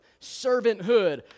servanthood